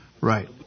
Right